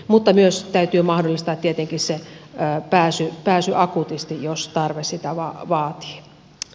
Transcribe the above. mutta myös täytyy mahdollistaa tietenkin se pääsy akuutisti jos tarve sitä vaatii